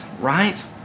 right